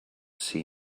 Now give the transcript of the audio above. see